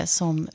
som